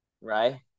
right